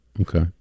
Okay